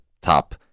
top